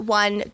one